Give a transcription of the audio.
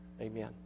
Amen